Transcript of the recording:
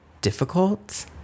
difficult